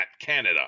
Canada